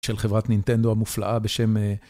של חברת נינטנדו המופלאה בשם...